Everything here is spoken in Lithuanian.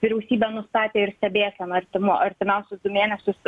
vyriausybė nustatė ir stebėseną artimo artimiausius du mėnesius